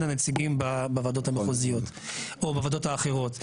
הנציגים בוועדות המחוזיות או בוועדות האחרות.